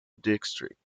district